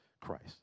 Christ